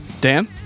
dan